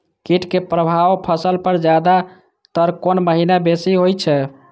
कीट के प्रभाव फसल पर ज्यादा तर कोन महीना बेसी होई छै?